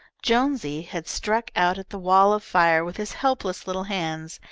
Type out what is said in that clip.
jonesy had struck out at the wall of fire with his helpless little hands,